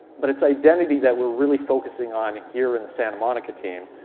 but its identity that we're really focusing on here in the santa monica team.